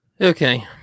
Okay